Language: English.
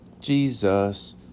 Jesus